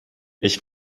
ich